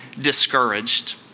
discouraged